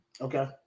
Okay